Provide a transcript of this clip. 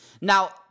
Now